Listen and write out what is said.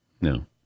No